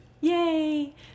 Yay